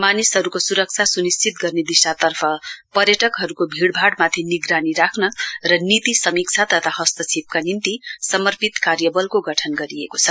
मानिसहरूको सुरक्षा सुनिश्चित गर्ने दिशातर्फ पर्यटकहरूको भीइभाइमाथि निगरानी राख्न र नीति समीक्षा तथा हस्तक्षेपका निम्ति समर्पित कार्यवलको गठन गरिएको छ